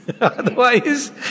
Otherwise